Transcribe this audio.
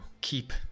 keep